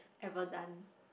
ever done